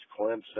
Clemson